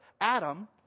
adam